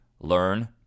Learn